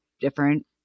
different